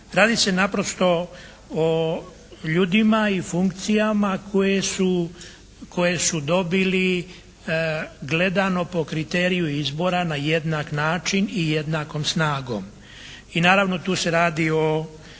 Radi se naprosto o ljudima i funkcijama koje su, koje su dobili gledano po kriteriju izbora na jednak način i jednakom snagom. I naravno tu se radi o